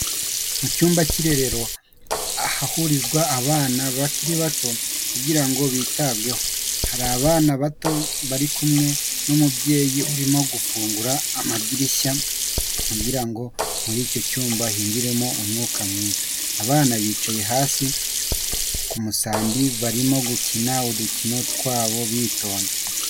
Mu cyumba cy'irerero ahahurizwa abana bakiri bato kugira ngo bitabweho, hari abana bato bari kumwe n'umubyeyi urimo gufungura amadirishya kugira ngo muri icyo cyumba hinjiremo umwuka mwiza, abana bicaye hasi ku musambi barimo gukina udukino twabo bitonze.